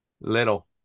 little